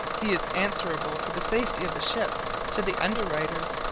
he is answerable for the safety of the ship to the underwriters,